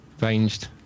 ranged